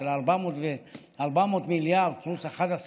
של 400 מיליארד פלוס 11 מיליארד,